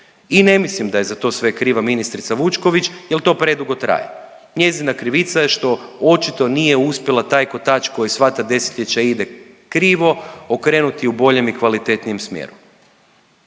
i ne mislim da je za to sve kriva ministrica Vučković, jer to predugo traje. Njezina krivica je što očito nije uspjela taj kotač koji sva ta desetljeća ide krivo okrenuti u boljem i kvalitetnijem smjeru.